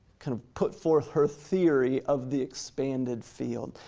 kind of put forth her theory of the expanded field.